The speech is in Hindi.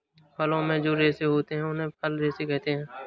फलों में जो रेशे होते हैं उन्हें फल रेशे कहते है